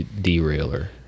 derailer